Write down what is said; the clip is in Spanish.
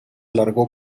alargó